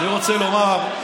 אני רוצה לומר,